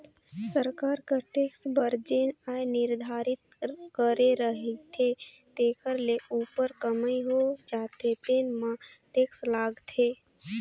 सरकार कर टेक्स बर जेन आय निरधारति करे रहिथे तेखर ले उप्पर कमई हो जाथे तेन म टेक्स लागथे